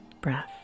breath